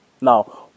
Now